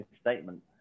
statement